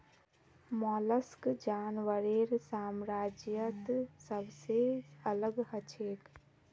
mollusc जानवरेर साम्राज्यत सबसे अलग हछेक